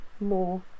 more